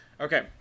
Okay